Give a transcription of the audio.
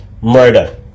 murder